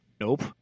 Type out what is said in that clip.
nope